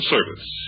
Service